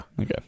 Okay